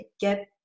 get